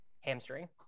Hamstring